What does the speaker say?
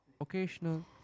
occasional